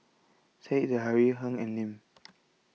Said Zahari Heng and Lim